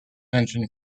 pension